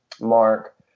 mark